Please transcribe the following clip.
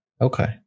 okay